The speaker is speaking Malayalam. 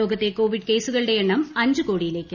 ലോകത്തെ കോവിഡ് കേസുകളുടെ എണ്ണം അഞ്ച് കോടിയിലേക്ക്